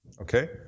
Okay